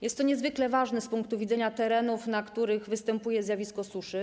Jest to niezwykle ważne z punktu widzenia terenów, na których występuje zjawisko suszy.